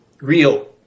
real